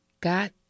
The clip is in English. got